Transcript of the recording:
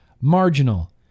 marginal